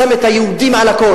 שם את היהודים על הכול.